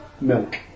milk